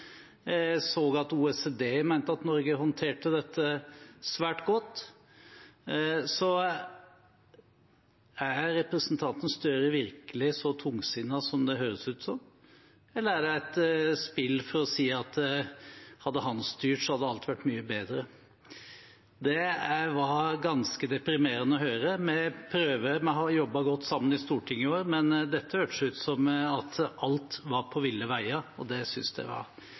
så at OECD mente at Norge håndterte dette svært godt. Så er representanten Støre virkelig så tungsindig som det høres ut som, eller er det et spill for å si at hadde han styrt, hadde alt vært mye bedre? Det var ganske deprimerende å høre. Vi har jobbet godt sammen i Stortinget i år, men dette hørtes ut som om alt var på ville veier, og det syntes jeg var ganske forstemmende. Vi diskuterer statsbudsjettet. Gro Harlem Brundtland er det